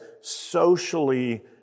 socially